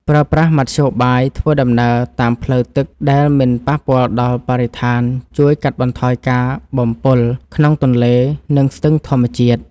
ប្រើប្រាស់មធ្យោបាយធ្វើដំណើរតាមផ្លូវទឹកដែលមិនប៉ះពាល់ដល់បរិស្ថានជួយកាត់បន្ថយការបំពុលក្នុងទន្លេ និង ស្ទឹងធម្មជាតិ។